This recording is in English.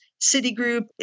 citigroup